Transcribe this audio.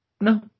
No